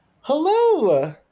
Hello